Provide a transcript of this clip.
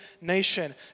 nation